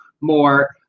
more